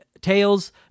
Tails